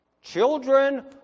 children